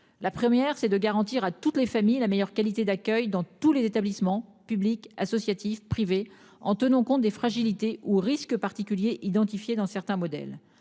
la première c'est de garantir à toutes les familles la meilleure qualité d'accueil dans tous les établissements publics, associatifs, privés en tenant compte des fragilités ou risque particulier identifié dans certains modèles.